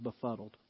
befuddled